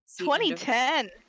2010